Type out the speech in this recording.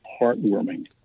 heartwarming